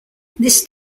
this